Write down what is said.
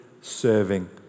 serving